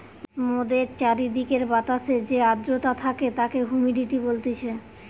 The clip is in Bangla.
মোদের চারিদিকের বাতাসে যে আদ্রতা থাকে তাকে হুমিডিটি বলতিছে